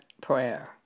prayer